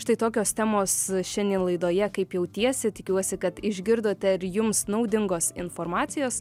štai tokios temos šiandien laidoje kaip jautiesi tikiuosi kad išgirdote ir jums naudingos informacijos